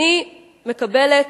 אני מקבלת